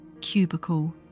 Cubicle